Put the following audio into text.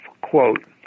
Quote